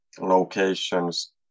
locations